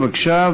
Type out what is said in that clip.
בבקשה,